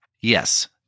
Yes